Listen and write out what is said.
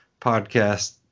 podcast